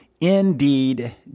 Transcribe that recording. indeed